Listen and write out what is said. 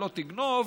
"לא תגנוב",